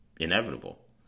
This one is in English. inevitable